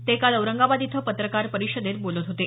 ते काल औरंगाबाद इथं पत्रकार परिषदेत बोलत होते